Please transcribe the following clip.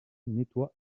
nettoie